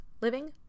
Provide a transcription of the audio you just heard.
living